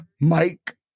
Mike